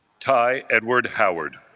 tie edward howard